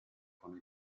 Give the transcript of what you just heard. con